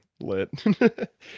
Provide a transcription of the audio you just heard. Lit